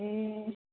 ए